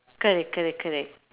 correct correct correct